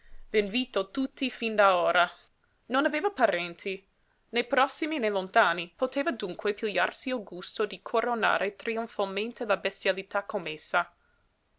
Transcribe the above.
epoca v'invito tutti fin da ora non aveva parenti né prossimi né lontani poteva dunque pigliarsi il gusto di coronare trionfalmente la bestialità commessa